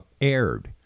aired